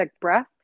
breath